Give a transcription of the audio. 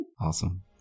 Awesome